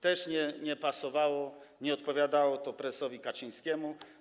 Też nie pasowało, nie odpowiadało to prezesowi Kaczyńskiemu.